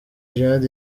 djihad